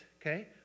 okay